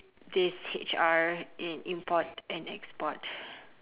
this H_R in import and export